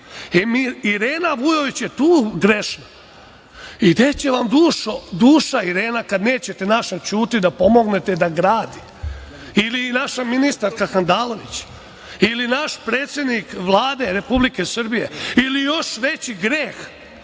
Irena Vujović je tu grešna. I, gde e vam duša Irena kad nećete našem Ćuti da pomognete da gradite, ili naša ministarka Handanović ili naš predsednik Vlade Republike Srbije ili još veći greh